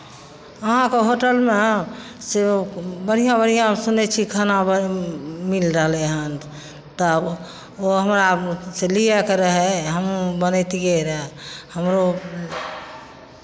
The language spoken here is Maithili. अहाँके होटलमे से सुनै छी बढ़िआँ बढ़िआँ खाना बन् मिल रहलै हन तब ओ हमरा से लियैके रहए हम बनैतियै रहए हमरो